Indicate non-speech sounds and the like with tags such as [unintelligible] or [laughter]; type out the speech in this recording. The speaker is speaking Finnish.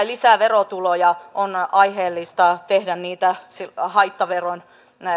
[unintelligible] lisää verotuloja on aiheellista ottaa niitä haittaveron